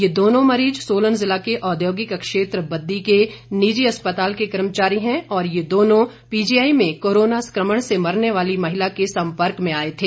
ये दोनों मरीज सोलन जिला के औद्योगिक क्षेत्र बद्दी के निजी अस्पताल के कर्मचारी हैं और ये दोनों पीजीआई में कोरोना संक्रमण से मरने वाली महिला के संपर्क में आए थे